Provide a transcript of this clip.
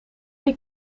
die